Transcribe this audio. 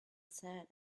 sad